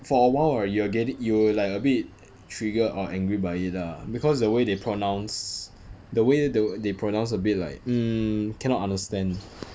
for a while right you will get it you will like a bit triggered or angry by it lah because the way they pronounce the way th~ they pronounce a bit like hmm cannot understand